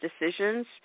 decisions